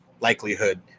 likelihood